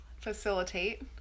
facilitate